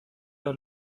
vers